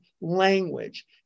language